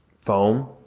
Foam